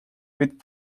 with